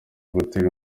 ugutera